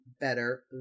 better